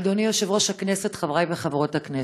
אדוני יושב-ראש הכנסת, חברי וחברות הכנסת,